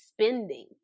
spending